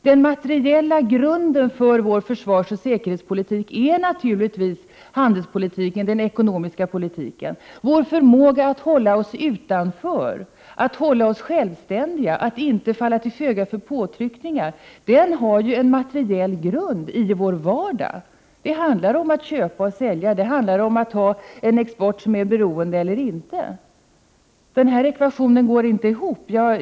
Den materiella grunden för vår försvarsoch säkerhetspolitik är naturligtvis handelspolitiken och den ekonomiska politiken. Vår förmåga att hålla oss utanför, att hålla oss självständiga, att inte falla till föga för påtryckningar har ju en materiell grund i vår vardag. Det handlar om att köpa och sälja, och det handlar om att ha en export som är beroende eller inte. Den här ekvationen går inte ihop.